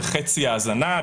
בחצי האזנה,